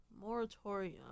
Moratorium